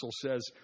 says